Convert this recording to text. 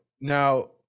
now